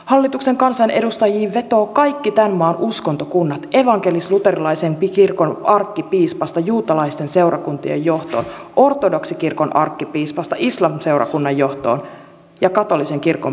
hallituksen kansanedustajiin vetoavat kaikki tämän maan uskontokunnat evankelisluterilaisen kirkon arkkipiispasta juutalaisten seurakuntien johtoon ortodoksikirkon arkkipiispasta islam seurakunnan johtoon ja katolisen kirkon piispaan